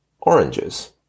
oranges